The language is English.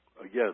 Again